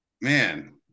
Man